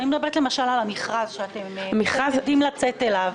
אני מדברת על המכרז שאתם עומדים לצאת אליו.